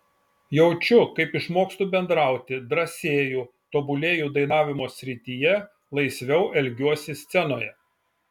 jaučiu kaip išmokstu bendrauti drąsėju tobulėju dainavimo srityje laisviau elgiuosi scenoje